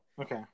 okay